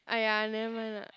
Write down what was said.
!aiya! never mind lah